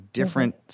different